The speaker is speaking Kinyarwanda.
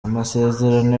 amasezerano